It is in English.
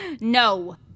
no